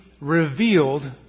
revealed